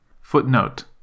Footnote